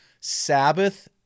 Sabbath